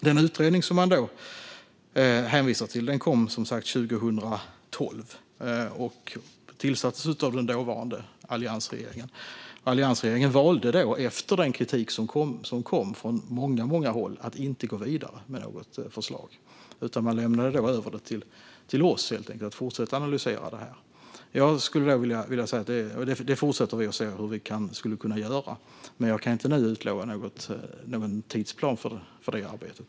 Den utredning som man hänvisar till kom 2012 och tillsattes av den dåvarande alliansregeringen. Alliansregeringen valde efter den kritik som kom från många håll att inte gå vidare med något förslag utan man lämnade över ärendet till oss för att fortsätta att analysera det. Och vi fortsätter att se över hur vi kan göra, men jag kan inte nu utlova någon tidsplan för det arbetet.